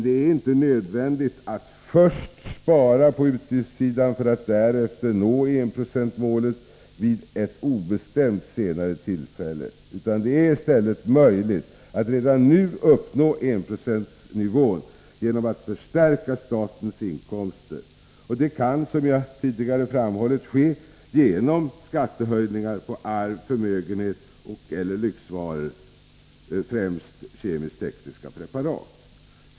Det är inte nödvändigt att först spara på utgiftssidan för att därefter nå enprocentsmålet vid en obestämt senare tidpunkt, utan det är i stället möjligt att redan nu uppnå enprocentsnivån genom att förstärka statens inkomster. Det kan, som jag tidigare framhållit, ske genom skattehöjningar på arv, förmögenhet och/eller lyxvaror, främst kemisk-tekniska preparat.